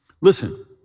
Listen